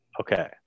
Okay